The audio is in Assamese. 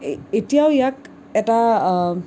এই এতিয়াও ইয়াক এটা